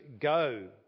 go